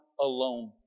alone